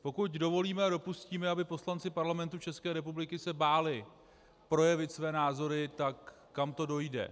Pokud dovolíme a dopustíme, aby se poslanci Parlamentu České republiky báli projevit své názory, tak kam to dojde?